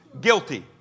guilty